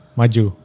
maju